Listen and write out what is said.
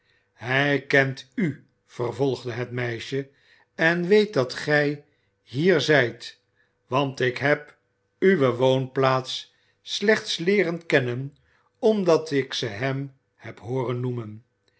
hij kent u vervolgde het meisje en weet dat gij hier zijt want ik heb uwe woonplaats slechts leeren kennen omdat ik ze hem heb hooren noemen